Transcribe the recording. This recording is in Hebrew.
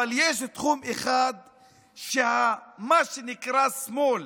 אבל יש תחום אחד שמה שנקרא שמאל